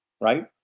right